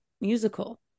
musical